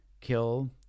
kill